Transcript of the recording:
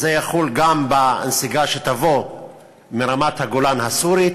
זה יחול גם בנסיגה שתבוא מרמת-הגולן הסורית,